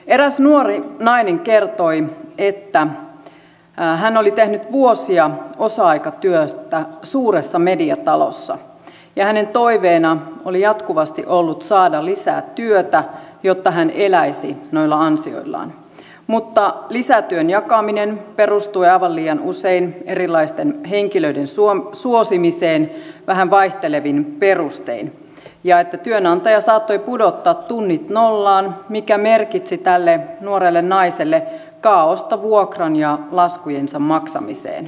eräs nuori nainen kertoi että hän oli tehnyt vuosia osa aikatyötä suuressa mediatalossa ja hänen toiveenaan oli jatkuvasti ollut saada lisää työtä jotta hän eläisi noilla ansioillaan mutta lisätyön jakaminen perustui aivan liian usein erilaisten henkilöiden suosimiseen vähän vaihtelevin perustein ja työnantaja saattoi pudottaa tunnit nollaan mikä merkitsi tälle nuorelle naiselle kaaosta vuokran ja laskujensa maksamiseen